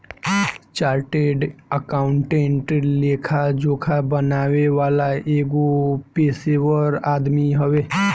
chartered accountant लेखा जोखा बनावे वाला एगो पेशेवर आदमी हवे